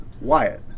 Wyatt